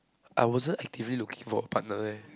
I wasn't actively looking for a partner leh